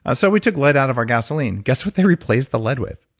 ah so we took lead out of our gasoline guess what they replaced the lead with?